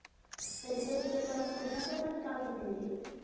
ATM से एक बार मे केत्ना पैसा निकल सकली हे?